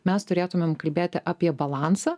mes turėtumėm kalbėti apie balansą